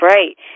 Right